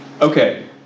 Okay